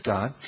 God